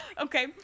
okay